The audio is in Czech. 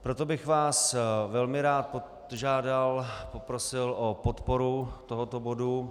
Proto bych vás velmi rád požádal, poprosil o podporu tohoto bodu.